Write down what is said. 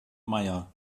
meier